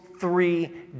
three